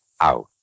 Out